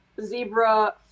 zebra